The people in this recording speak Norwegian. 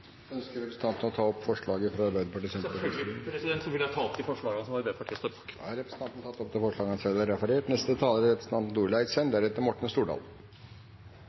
Ønsker representanten å ta opp forslagene fra Arbeiderpartiet og Senterpartiet? Selvfølgelig vil jeg ta opp de forslagene. Da har representanten Eirik Sivertsen tatt opp de forslagene han refererte til. Dette er eit tema som vi faktisk har